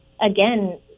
again